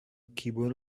keyboard